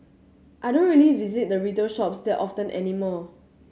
I don't really visit the retail shops that often anymore